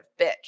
bitch